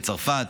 בצרפת,